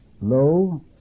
lo